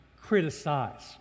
criticized